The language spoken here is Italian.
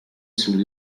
sul